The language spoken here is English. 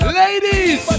ladies